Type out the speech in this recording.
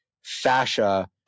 fascia